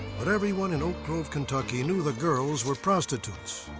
but everyone in oak grove kentucky knew the girls were prostitutes.